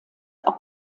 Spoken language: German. auch